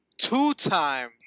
two-time